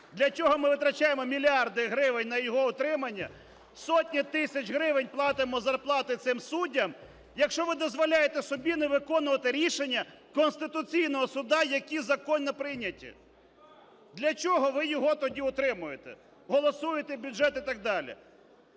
Для чого ми витрачаємо мільярди гривень на його утримання, сотні тисяч гривень платимо зарплати цим суддям, якщо ви дозволяєте собі не виконувати рішення Конституційного Суду, які законно прийняті? Для чого ви його тоді утримуєте, голосуєте бюджет і так далі?